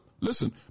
listen